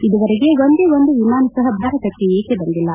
ಇದುವರೆಗೆ ಒಂದೇ ಒಂದು ವಿಮಾನ ಸಹ ಭಾರತಕ್ಕೆ ಏಕೆ ಬಂದಿಲ್ಲ